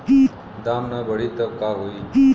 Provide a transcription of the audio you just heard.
दाम ना बढ़ी तब का होई